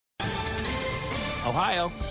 Ohio